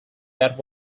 that